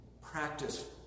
practice